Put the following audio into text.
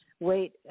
wait